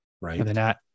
Right